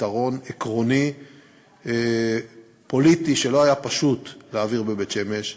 לפתרון עקרוני פוליטי שלא היה פשוט להעביר בבית-שמש,